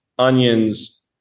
Onions